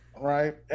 right